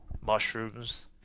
mushrooms